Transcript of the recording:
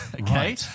okay